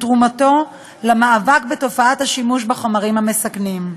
תרומתו למאבק בתופעת השימוש בחומרים המסכנים.